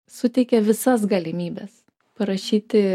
suteikia visas galimybes parašyti